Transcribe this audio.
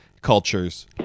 cultures